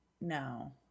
No